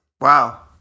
Wow